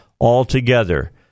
altogether